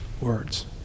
Words